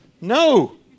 No